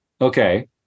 Okay